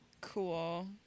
Cool